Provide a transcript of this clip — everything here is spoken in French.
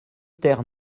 terre